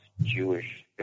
Jewish